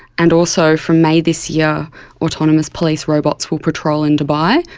and also from may this year autonomous police robots will patrol in dubai,